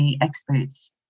experts